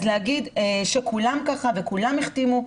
אז להגיד שכולם כך וכולם החתימו?